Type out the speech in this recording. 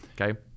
Okay